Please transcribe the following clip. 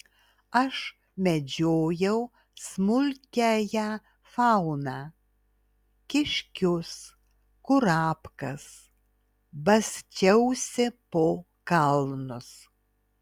aš medžiojau smulkiąją fauną kiškius kurapkas basčiausi po kalnus